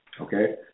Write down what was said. okay